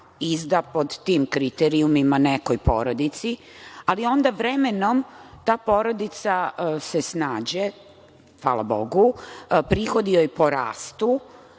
izda pod tim kriterijumima nekoj porodici, ali onda vremenom ta porodica se snađe, hvala Bogu, prihodi joj porastu